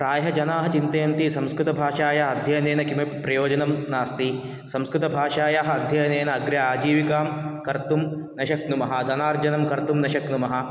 प्रायः जनाः चिन्तयन्ति संस्कृतभाषायाः अध्ययनेन किमपि प्रयोजनं नास्ति संस्कृतभाषायाः अध्ययनेन अग्रे आजीविकां कर्तुं न शक्नुमः धनार्जनं कर्तुं न शक्नुमः